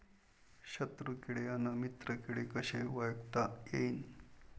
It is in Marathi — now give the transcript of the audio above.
शत्रु किडे अन मित्र किडे कसे ओळखता येईन?